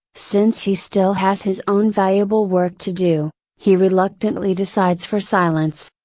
since he still has his own valuable work to do, he reluctantly decides for silence.